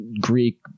greek